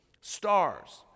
Stars